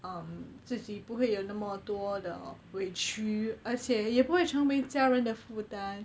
um 自己不会有那么多的委曲而且也不会成为家人的负担